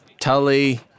tully